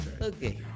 okay